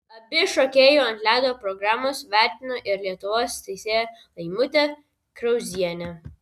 abi šokėjų ant ledo programas vertino ir lietuvos teisėja laimutė krauzienė